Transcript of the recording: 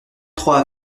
trois